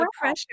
pressure